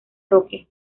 roque